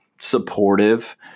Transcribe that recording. supportive